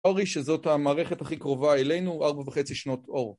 אלפא קנטאורי, שזאת המערכת הכי קרובה אלינו, ארבע וחצי שנות אור